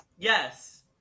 Yes